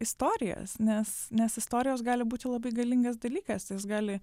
istorijas nes nes istorijos gali būti labai galingas dalykas jis gali